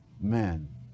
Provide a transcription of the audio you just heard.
men